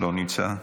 לא נמצא,